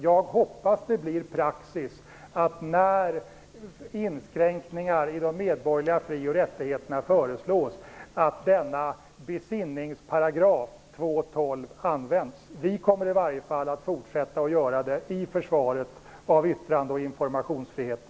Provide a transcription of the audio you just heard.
Jag hoppas det blir praxis, när inskränkningar i de medborgerliga fri och rättigheterna föreslås, att 2 § kap. 12, denna besinningsparagraf, används. Vi kommer i varje fall att fortsätta göra det i försvaret av yttrande och informationsfriheten.